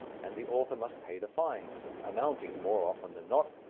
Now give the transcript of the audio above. and the author must pay the fine amounting, more often than not,